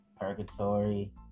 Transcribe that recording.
purgatory